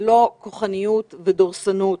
ולא כוחניות ודורסנות,